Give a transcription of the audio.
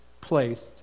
placed